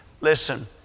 Listen